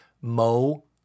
Mo